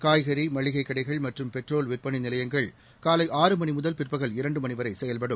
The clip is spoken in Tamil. காய்கறி மளிகை கடைகள் மற்றம் பெட்ரோல் விற்பனை நிலையங்கள் காலை ஆறு மணி முதல் பிற்பகல் இரண்டு மணி வரை செயல்படும்